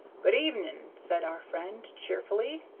good evenin', said our friend, cheerfully.